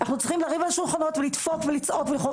אנחנו צריכים לריב ולצעוק ולדפוק על שולחנות,